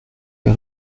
der